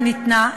אם ניתנה,